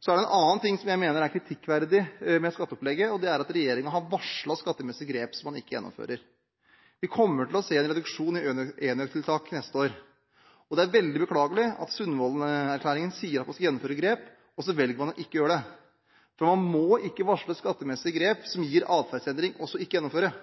Så er det en annen ting som jeg mener er kritikkverdig med skatteopplegget. Regjeringen har varslet skattemessige grep som man ikke gjennomfører. Vi kommer til å se en reduksjon i enøktiltak neste år, og det er veldig beklagelig at Sundvolden-erklæringen sier at man skal gjennomføre grep, og så velger man ikke å gjøre det. Man må ikke varsle skattemessige grep som gir atferdsendring, og så ikke gjennomføre dem.